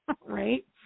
right